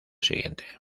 siguiente